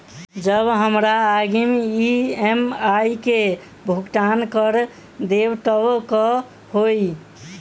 जँ हमरा अग्रिम ई.एम.आई केँ भुगतान करऽ देब तऽ कऽ होइ?